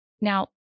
Now